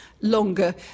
longer